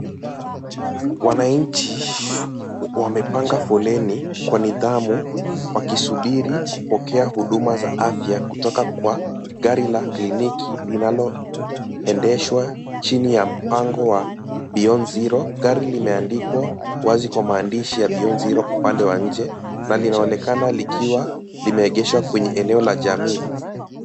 Wananchi wamepanga foleni kwa nidhamu wakisubiri kupokea huduma za afya kutokea kwa gari la kliniki linalo linaendeshwa chini ya mpango wa Beyond Zero. Gari limeandikwa wazi kwa maandishi ya Beyond Zero upande wa nje, na linaonekana likiwa limeegeshwa kwenye eneo la jamii.